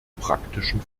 praktischen